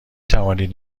توانید